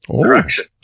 direction